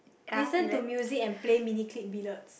listen to music and play Miniclip billiards